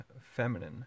feminine